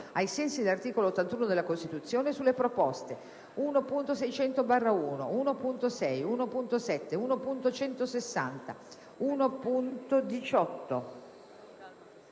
ai sensi dell'articolo 81 della Costituzione, sulle proposte 1.600/1, 1.6, 1.7, 1.16